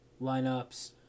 lineups